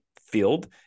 field